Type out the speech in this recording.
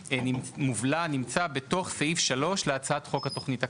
חוק שנמצא בתוך סעיף 3 להצעת חוק התכנית הכלכלית,